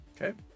Okay